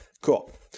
Cool